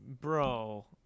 bro